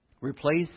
Replace